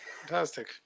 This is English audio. Fantastic